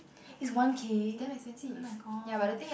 is one K oh my gosh